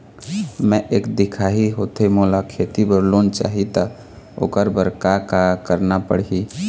मैं एक दिखाही होथे मोला खेती बर लोन चाही त ओकर बर का का करना पड़ही?